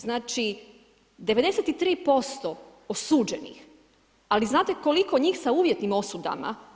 Znači, 93% osuđenih, ali znate koliko njih sa uvjetnim osudama?